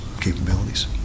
capabilities